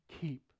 keep